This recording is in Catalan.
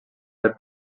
per